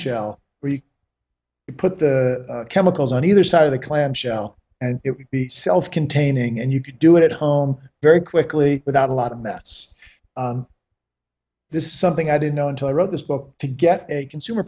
shell where he put the chemicals on either side of the clam shell and it would be self containing and you could do it at home very quickly without a lot of mess this is something i didn't know until i wrote this book to get a consumer